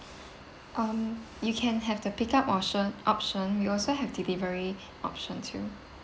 um you can have the pick up option option we also have delivery option too